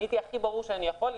עניתי הכי ברור שאני יכול,